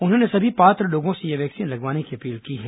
उन्होंने सभी पात्र लोगों से यह वैक्सीन लगवाने की अपील की है